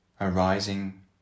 arising